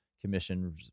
Commission